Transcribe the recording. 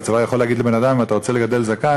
והצבא יכול להגיד לבן-אדם: אם אתה רוצה לגדל זקן,